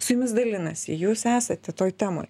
su jumis dalinasi jūs esate toj temoj